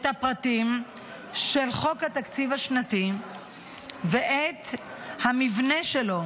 הפרטים של חוק התקציב השנתי ואת המבנה שלו,